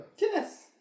Yes